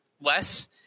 less